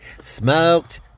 Smoked